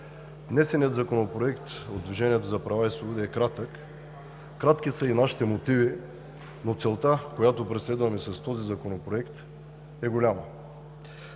Внесеният законопроект от Движението за права и свободи е кратък. Кратки са и нашите мотиви, но целта, която преследваме с този законопроект, е голяма.